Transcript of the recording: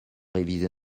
réviser